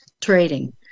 trading